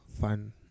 fun